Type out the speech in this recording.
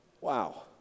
Wow